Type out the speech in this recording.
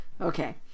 Okay